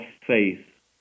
faith